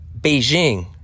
Beijing